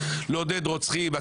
לעודד רוצחים,